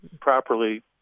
properly